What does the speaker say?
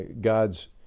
God's